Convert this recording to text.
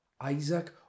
Isaac